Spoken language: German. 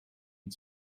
und